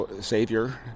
savior